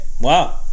Wow